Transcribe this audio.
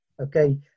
Okay